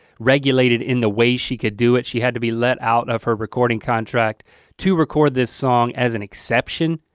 regulated in the way she could do it, she had to be let out of her recording contract to record this song as an exception.